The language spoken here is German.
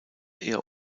eher